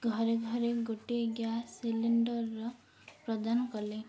ଘରେ ଘରେ ଗୋଟିଏ ଗ୍ୟାସ୍ ସିଲିଣ୍ଡରର ପ୍ରଦାନ କଲେ